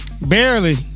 barely